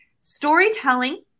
storytelling